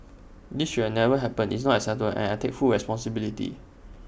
this should never happened is not acceptable and I take full responsibility